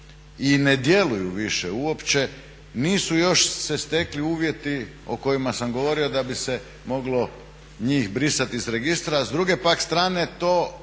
i ne djeluju više uopće a nisu još se stekli uvjeti o kojima sam govorio da bi se moglo njih brisati iz registra. A s druge pak strane to